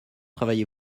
travaillez